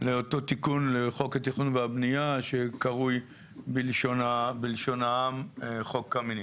לאותו תיקון לחוק התכנון והבנייה שקרוי בלשון העם "חוק קמיניץ".